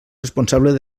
responsable